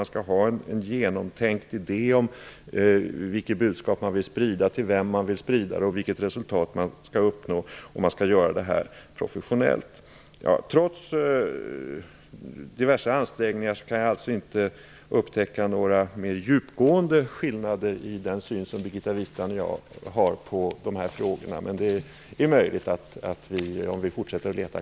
Det skall finnas en genomtänkt idé om vilket budskap man vill sprida, till vem det skall spridas och vilket resultat som skall uppnås. Detta skall göras professionellt. Trots diverse ansträngningar kan jag alltså inte upptäcka några mer djupgående skillnader i den syn som Birgitta Wistrand har och den som jag har på dessa frågor. Det är möjligt att vi kan hitta sådana, om vi fortsätter att leta.